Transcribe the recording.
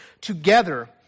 together